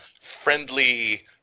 friendly